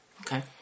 Okay